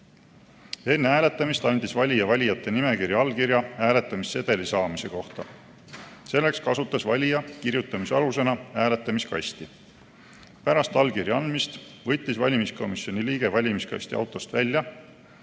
Enne hääletamist andis valija valijate nimekirja allkirja hääletamissedeli saamise kohta. Selleks kasutas valija kirjutamisalusena hääletamiskasti. Pärast allkirja andmist võttis valimiskomisjoni liige valimiskasti autost välja.